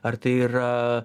ar tai yra